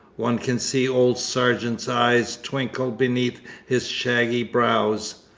one can see old sargeant's eyes twinkle beneath his shaggy brows.